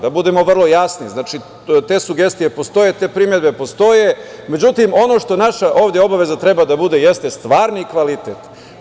Da budemo vrlo jasni, znači te sugestije postoje, te primedbe postoje, međutim, ono što naša ovde obaveza treba da bude jeste stvarni kvalitet.